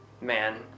man